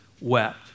wept